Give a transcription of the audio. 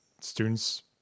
students